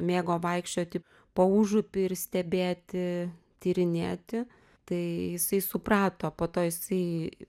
mėgo vaikščioti po užupį ir stebėti tyrinėti tai jisai suprato po to jisai